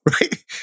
Right